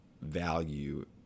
value